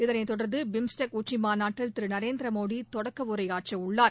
இதனை தொடர்ந்து பிம்ஸ்டெக் உச்சிமாநாட்டில் திரு நரேந்திரமோடி தொடக்க உரையாற்ற உள்ளார்